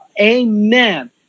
Amen